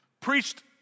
preached